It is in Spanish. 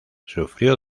sufrió